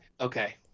okay